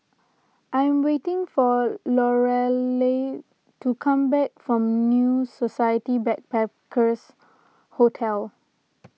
I am waiting for Lorelei to come back from New Society Backpackers' Hotel